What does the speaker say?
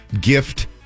gift